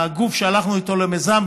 הגוף שהלכנו איתו למיזם,